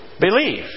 Believe